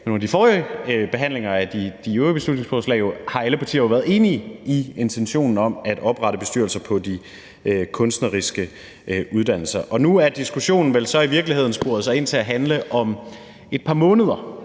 nogle, der har skiftet holdning til i dag – været enige i intentionen om at oprette bestyrelser på de kunstneriske uddannelser. Nu er diskussionen vel så i virkeligheden sporet ind til at handle om et par måneder,